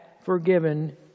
forgiven